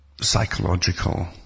psychological